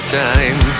time